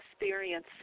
experience